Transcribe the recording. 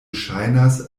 ŝajnas